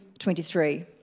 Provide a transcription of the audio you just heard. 23